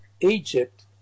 Egypt